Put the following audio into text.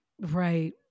right